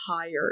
tired